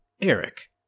Eric